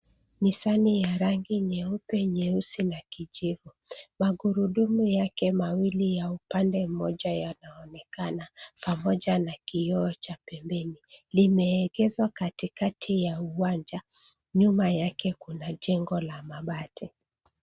Nisani ya rangi ya nyeupe, nyeusi, na kijivu. Magurudumu yake mawili ya upande mmoja yanaonekana, pamoja na kioo cha pembeni. Iimeegezwa katikati ya uwanja. Nyuma yake kuna jengo la mabati.